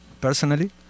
personally